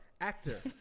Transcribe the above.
actor